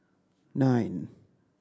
nine